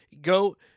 go